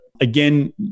again